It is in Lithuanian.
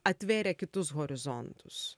atvėrė kitus horizontus